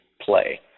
play